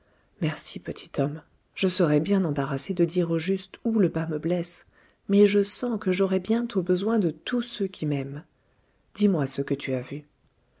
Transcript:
merci petit homme je serais bien embarrassé de dire au juste où le bât me blesse mais je sens que j'aurai bientôt besoin de tous ceux qui m'aiment dis-moi ce que tu as vu